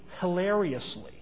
hilariously